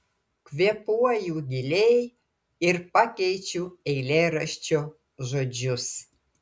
kvėpuoju giliai ir pakeičiu eilėraščio žodžius